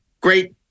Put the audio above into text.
great